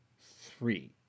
three